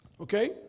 Okay